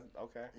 Okay